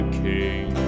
king